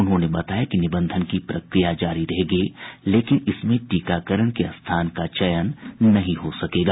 उन्होंने बताया कि निबंधन की प्रक्रिया जारी रहेगी लेकिन इसमें टीकाकरण के स्थान का चयन नहीं हो सकेगा